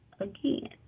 again